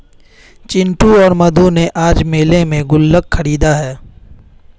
चिंटू और मधु ने आज मेले में गुल्लक खरीदा है